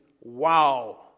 wow